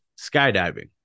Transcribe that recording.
Skydiving